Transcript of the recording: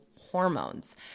hormones